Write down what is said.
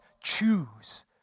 choose